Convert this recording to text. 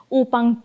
upang